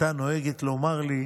הייתה נוהגת לומר לי: